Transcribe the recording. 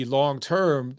long-term